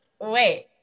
wait